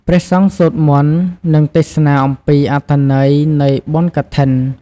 ព្រះសង្ឃសូត្រមន្ត និងទេសនាអំពីអត្ថន័យនៃបុណ្យកឋិន។